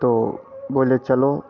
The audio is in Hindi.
तो बोले चलो